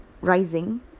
rising